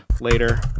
later